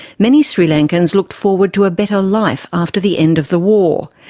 many sri lankans looked forward to a better life after the end of the war,